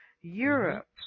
europe